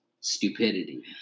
stupidity